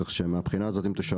כך שמהבחינה הזו זה הנוהג.